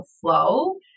flow